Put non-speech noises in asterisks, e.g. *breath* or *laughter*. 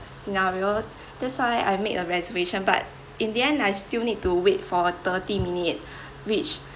scenario that's why I made a reservation but in the end I still need to wait for a thirty minute *breath* which